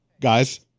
guys